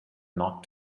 not